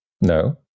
no